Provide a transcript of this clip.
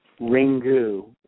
Ringu